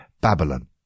Babylon